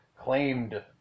claimed